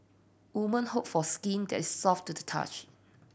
women hope for skin that is soft to the touch